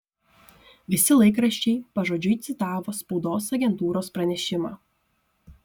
visi laikraščiai pažodžiui citavo spaudos agentūros pranešimą